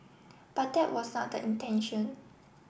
but that was not the intention